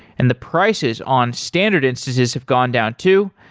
and the prices on standard instances have gone down too.